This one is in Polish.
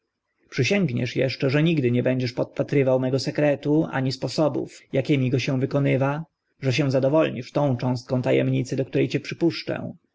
przysięgniesz eszcze że nigdy nie będziesz podpatrywał mego sekretu ani sposobów akimi go się wykonywa że się zadowolnisz tą cząstką ta emnicy do które cię przypuszczę